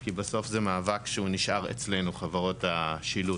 כי בסוף זה מאבק שנשאר אצלנו, חברות השילוט.